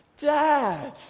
Dad